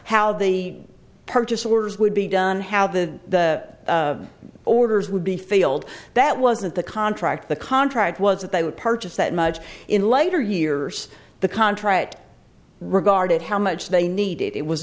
how the purchase orders would be done how the orders would be failed that wasn't the contract the contract was that they would purchase that much in later years the contract regarded how much they needed it was